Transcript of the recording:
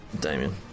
Damien